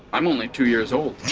i'm only two years old